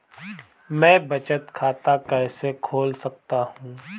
मैं बचत खाता कैसे खोल सकता हूँ?